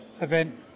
event